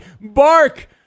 bark